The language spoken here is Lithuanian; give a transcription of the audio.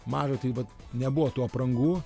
mažą tai vat nebuvo tų aprangų